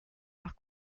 leur